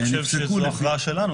אני חושב שזאת הכרעה שלנו,